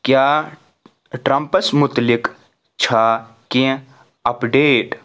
کیاہ ٹرمپَس مُتلِق چھا کینٛہہ اَپ ڈیٹ